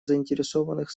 заинтересованных